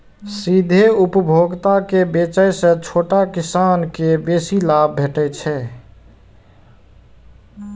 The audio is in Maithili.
सीधे उपभोक्ता के बेचय सं छोट किसान कें बेसी लाभ भेटै छै